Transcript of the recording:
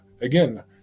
Again